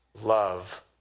love